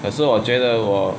可是我觉得我